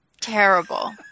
terrible